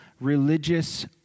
religious